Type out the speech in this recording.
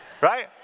Right